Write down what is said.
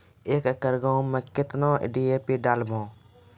एक एकरऽ गेहूँ मैं कितना डी.ए.पी डालो?